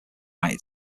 united